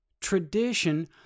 Tradition